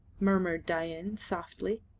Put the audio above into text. murmured dain, softly.